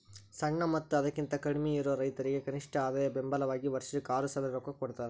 ಸಣ್ಣ ಮತ್ತ ಅದಕಿಂತ ಕಡ್ಮಿಯಿರು ರೈತರಿಗೆ ಕನಿಷ್ಠ ಆದಾಯ ಬೆಂಬಲ ವಾಗಿ ವರ್ಷಕ್ಕ ಆರಸಾವಿರ ರೊಕ್ಕಾ ಕೊಡತಾರ